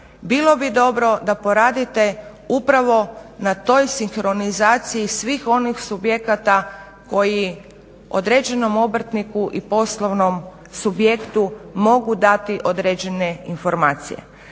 bilo bi dobro da poradite upravo na toj sinkronizaciji svih onih subjekata koji određenom obrtniku i poslovnom subjektu mogu dati određene informacije.